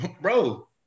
bro